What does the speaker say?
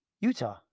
Utah